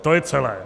To je celé.